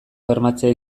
bermatzea